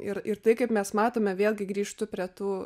ir ir tai kaip mes matome vėlgi grįžtu prie tų